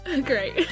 great